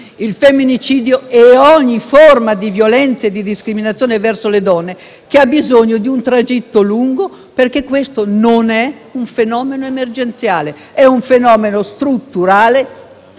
il femminicidio e ogni forma di violenza e discriminazione verso le donne, ha bisogno di un tragitto lungo, perché questo fenomeno non è emergenziale, ma è strutturale